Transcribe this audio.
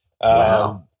Wow